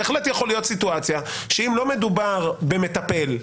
בהחלט יכולה להיות סיטואציה שאם לא מדובר במטפל,